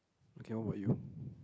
okay what about you